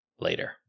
later